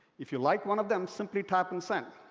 if you like one of them, simply tap and send.